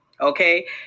okay